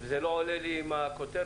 ההגבלות לא עולות עם הכותרת.